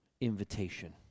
invitation